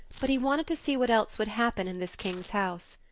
but he wanted to see what else would happen in this king's house.